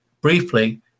briefly